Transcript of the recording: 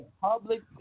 public